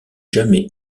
jamais